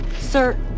Sir